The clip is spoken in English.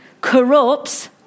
corrupts